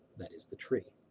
that is, the tree.